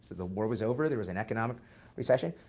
the war was over. there was an economic recession.